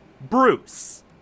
Bruce